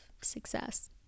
success